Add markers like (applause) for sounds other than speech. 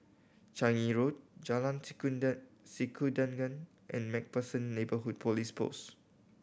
Changi Road Jalan (unintelligible) Sikudangan and Macpherson Neighbourhood Police Post